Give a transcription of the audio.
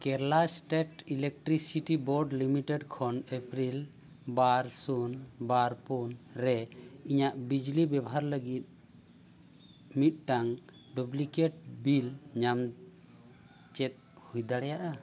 Kerala state electricity board limited ᱠᱷᱚᱱ April ᱵᱟᱨ ᱥᱩᱱ ᱵᱟᱨ ᱯᱩᱱᱨᱮ ᱤᱧᱟᱹᱜ ᱵᱤᱡᱽᱞᱤ ᱵᱮᱵᱷᱟᱨ ᱞᱟᱹᱜᱤᱫ ᱢᱤᱫᱴᱟᱝ ᱰᱩᱯᱞᱤᱠᱮᱴ ᱵᱤᱞ ᱧᱟᱢ ᱪᱮᱫ ᱦᱩᱭ ᱫᱟᱲᱮᱭᱟᱜᱼᱟ